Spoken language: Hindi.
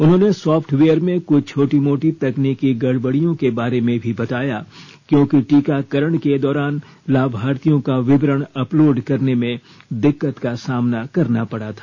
उन्होंने सॉफ्टवेयर में कुछ छोटी मोटी तकनीकी गड़बडियों के बारे में भी बताया क्योंकि टीकाकरण के दौरान लाभार्थियों का विवरण अपलोड करने में दिक्कत का सामना करना पड़ा था